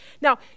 Now